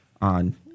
On